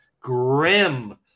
grim